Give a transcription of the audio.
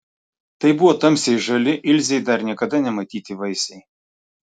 tai buvo tamsiai žali ilzei dar niekada nematyti vaisiai